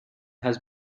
has